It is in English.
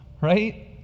Right